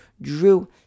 Drew